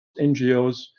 NGOs